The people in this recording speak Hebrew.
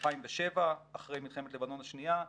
ב-2007, אחרי מלחמת לבנון השנייה,